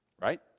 Right